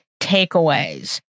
takeaways